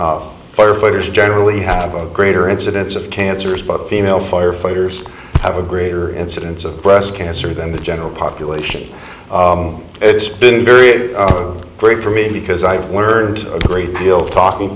year firefighters generally have a greater incidence of cancers but female firefighters have a greater incidence of breast cancer than the general population it's been very great for me because i've heard a great deal talking